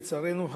לצערנו,